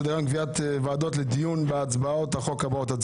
קביעת ועדות לדיון בהצעות החוק הבאות: